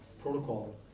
protocol